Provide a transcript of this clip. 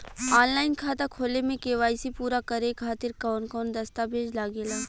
Online खाता खोले में के.वाइ.सी पूरा करे खातिर कवन कवन दस्तावेज लागे ला?